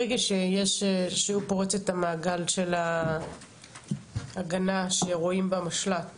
ברגע שהוא פורץ את המעגל של ההגנה שרואים במשל"ט